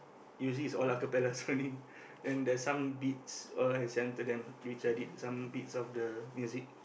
usually it's all acapellas only then there's some beats all I send to them which I did some beats of the music